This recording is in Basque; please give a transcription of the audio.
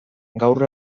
gaur